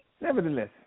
nevertheless